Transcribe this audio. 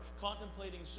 contemplating